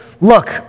Look